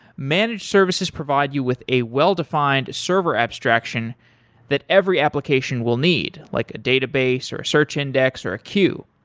managed services provide you with a well-defined server abstraction that every application will need, like a database or a search index or a queue.